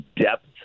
depth